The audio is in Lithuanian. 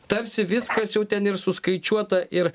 tarsi viskas jau ten ir suskaičiuota ir